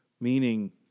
Meaning